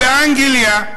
באנגליה,